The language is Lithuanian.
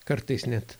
kartais net